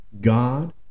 God